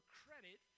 credit